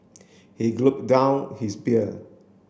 he down his beer